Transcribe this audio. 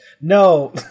No